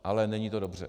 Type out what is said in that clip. Ale není to dobře.